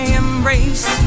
embrace